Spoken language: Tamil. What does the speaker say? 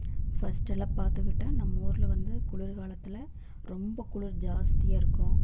ஃபர்ஸ்ட்டலாம் பார்த்துக்கிட்டா நம்ம ஊரில் வந்து குளிர்காலத்தில் ரொம்ப குளிர் ஜாஸ்தியாக இருக்கும்